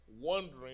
Wondering